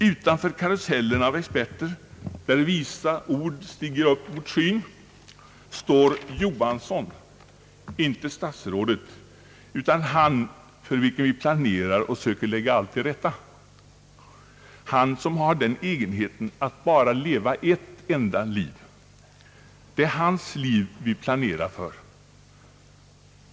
Utanför karusellen av experter — där visa ord stiger upp mot skyn — står Johansson, inte statsrådet, utan den Johansson för vilken vi planerar och söker lägga allt till rätta; han som har den egenheten att bara leva ett enda liv. Det är hans liv vi planerar för.